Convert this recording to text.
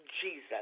Jesus